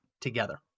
together